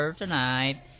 tonight